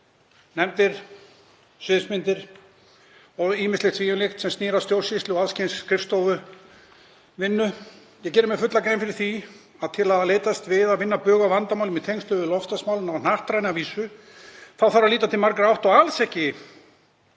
nefndir, sviðsmyndir og ýmislegt því um líkt sem snýr að stjórnsýslu og alls kyns skrifstofuvinnu. Ég geri mér fulla grein fyrir því að til að leitast við að vinna bug á vandamálunum í tengslum við loftslagsmálin á hnattræna vísu þarf að líta til margra átta og alls ekki